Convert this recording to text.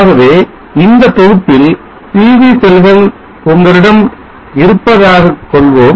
ஆகவே இந்த தொகுப்பில் PV செல்கள் உங்களிடம் இருப்பதாக கொள்வோம்